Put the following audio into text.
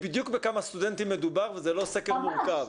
בכמה סטודנטים מדובר וזה לא סקר מורכב.